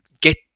get